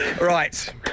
Right